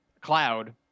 cloud